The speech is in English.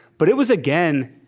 but it was again,